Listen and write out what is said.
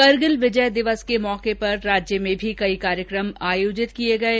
करगिल विजय दिवस के मौके पर राज्य में भी कई कार्यक्रम आयोजित किये गये